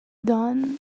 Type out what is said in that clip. done